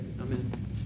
Amen